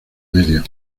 medio